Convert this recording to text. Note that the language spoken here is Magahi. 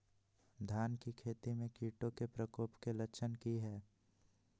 धान की खेती में कीटों के प्रकोप के लक्षण कि हैय?